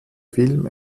film